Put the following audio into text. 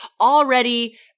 already –